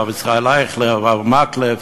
הרב ישראל אייכלר והרב מקלב,